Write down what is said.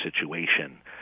situation